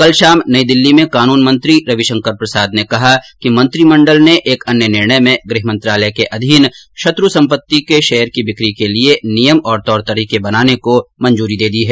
कल शाम नई दिल्ली में कानून मंत्री रविशंकर प्रसाद ने कहा मंत्रिमंडल ने एक अन्य निर्णय में गृहमंत्रालय के अधीन शत्र् संपति के शेयर की बिक्री के लिए नियम और तौर तरीके बनाने को मंजूरी दे दी है